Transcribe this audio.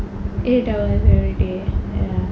eight hours everyday ya